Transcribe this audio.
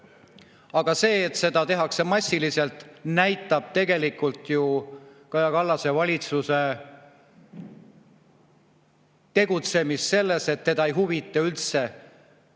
Aga see, et seda tehakse massiliselt, näitab tegelikult Kaja Kallase valitsuse tegutsemist ju sellest [küljest], et teda ei huvita üldse